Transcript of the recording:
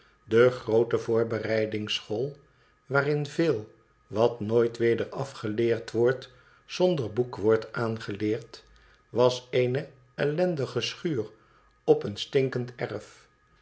de groote voorbereidingsschool waarin veel wat nooit weder afgeleerd wordt zonder boek wordt aangeleerd was eene ellendige schuur op een stin kend erf